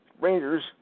Rangers